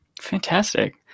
Fantastic